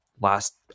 last